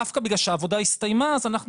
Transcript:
דווקא בגלל שהעבודה הסתיימה אז אנחנו